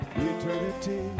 eternity